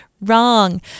wrong